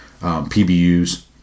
PBUs